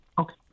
Okay